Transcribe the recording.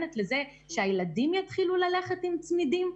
לזה שהילדים יתחילו ללכת עם צמידים?